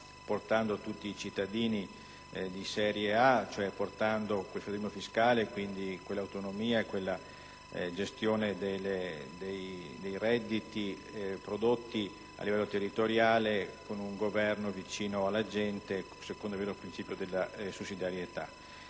portare tutti i cittadini allo stesso livello per mezzo del federalismo fiscale, quindi con quell'autonomia e quella gestione dei redditi prodotti a livello territoriale, con un Governo vicino alla gente, secondo il principio della sussidiarietà.